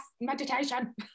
meditation